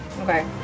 Okay